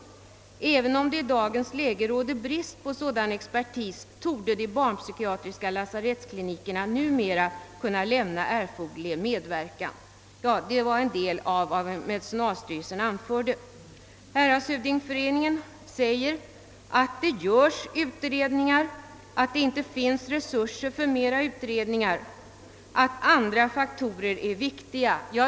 även om det i dagens läge råder brist på sådan expertis torde de barnpsykiatriska lasarettsklinikerna numera kunna lämna erforderlig medverkan.» Detta var en del av vad medicinalstyrelsen har anfört. Häradshövdingeföreningen säger, att det redan nu görs utredningar, att det inte finns resurser för flera utredningar och att andra faktorer är viktiga. Ja.